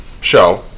show